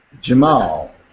Jamal